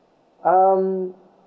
um